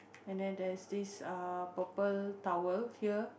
and then there's this uh purple towel here